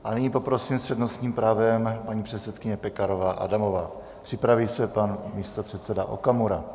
A nyní poprosím, s přednostním právem paní předsedkyně Pekarová Adamová, připraví se pan místopředseda Okamura.